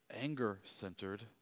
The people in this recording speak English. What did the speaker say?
anger-centered